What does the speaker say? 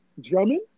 Drummond